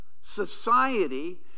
society